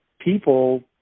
people